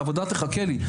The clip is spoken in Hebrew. העבודה תחכה לי,